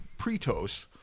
pretos